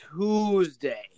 Tuesday